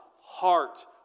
heart